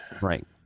Right